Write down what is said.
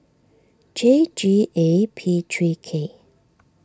J G A P three K